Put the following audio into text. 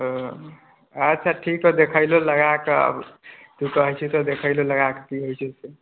ओ अच्छा ठीक हउ देखैलहुँ लगा कऽ तू कहै छिहि तऽ देखै हियै लगा कऽ की होइ छै